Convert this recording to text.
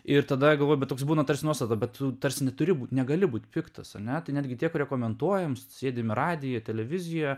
ir tada galvoju bet toks būna tarsi nuostata bet tu tarsi neturi būt negali būt piktas ane tai netgi tie kurie komentuojam sėdim į radiją televiziją